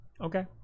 Okay